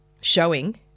showing